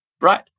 right